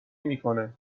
میکنه